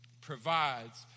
provides